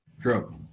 True